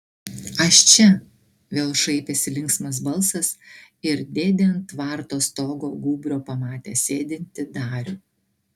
aš čia vėl šaipėsi linksmas balsas ir dėdė ant tvarto stogo gūbrio pamatė sėdintį darių